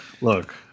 look